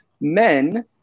men